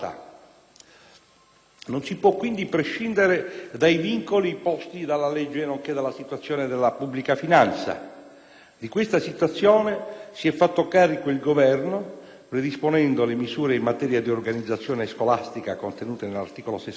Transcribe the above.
Non si può quindi prescindere dai vincoli posti dalla legge nonché dalla situazione della pubblica finanza. Di questa situazione si è fatto carico il Governo predisponendo le misure in materia di organizzazione scolastica contenute nell'articolo 64